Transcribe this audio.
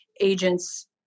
agents